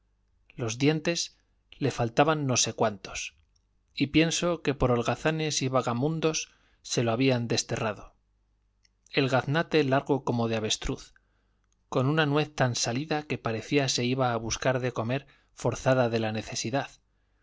los dientes le faltaban no sé cuántos y pienso que por holgazanes y vagamundos se los habían desterrado el gaznate largo como de avestruz con una nuez tan salida que parecía se iba a buscar de comer forzada de la necesidad